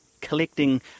collecting